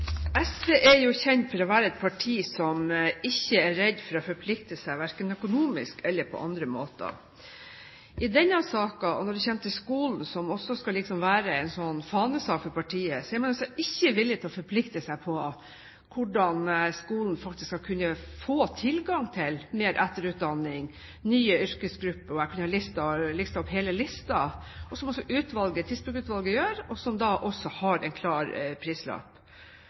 jo kjent for å være et parti som ikke er redd for å forplikte seg verken økonomisk eller på andre måter. I denne saken og når det kommer til skolen, som liksom skal være en fanesak for partiet, er man altså ikke villig til å forplikte seg på hvordan skolen faktisk skal kunne få tilgang til mer etterutdanning, nye yrkesgrupper – jeg kunne kommet med hele listen, som også Tidsbrukutvalget gjør, og som da også har en klar prislapp.